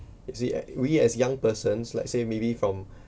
you see a~ we as young persons lets say maybe from